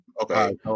Okay